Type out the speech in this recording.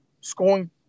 scoring